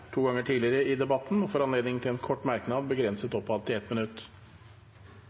to ganger tidligere og får ordet til en kort merknad, begrenset til 1 minutt.